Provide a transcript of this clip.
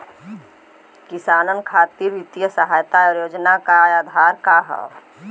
किसानन खातिर वित्तीय सहायता और योजना क आधार का ह?